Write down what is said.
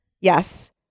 yes